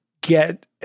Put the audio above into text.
get